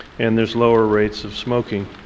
and there's lower rates of smoking.